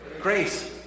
Grace